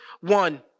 one